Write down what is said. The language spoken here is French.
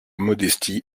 modestie